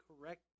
correct